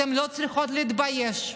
אתן לא צריכות להתבייש.